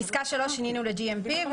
בפסקה (3) שינינו ל-GMP.